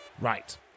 Right